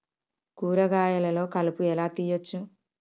కూరగాయలలో కలుపు ఎలా తీయచ్చు?